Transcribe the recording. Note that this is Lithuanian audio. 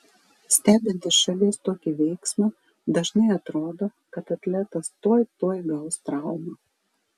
stebint iš šalies tokį veiksmą dažnai atrodo kad atletas tuoj tuoj gaus traumą